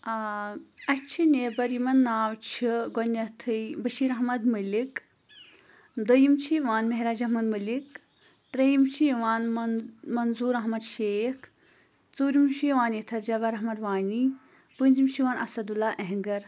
آ اَسِہ چھ نیبَر یِمَن ناو چھُ گۄڈنؠتھٕے بٔشیٖر احمَد ملِک دوٚیِم چھُ یِوان محراج احمَد مٔلِک ترِیٚیِم چھُ یِوان مَنظور احمَد شیخ ژٗورِم چھُ یِوان ییٚتہِ حظ جَبار احمَد وانی پٲنٛژِم چھُ یِوان اصد اللّٰہ اٮ۪ہنگَر